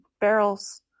barrels